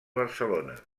barcelona